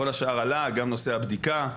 כל השאר עלה, גם נושא הבדיקה.